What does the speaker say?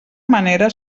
manera